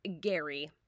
Gary